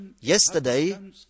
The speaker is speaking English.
Yesterday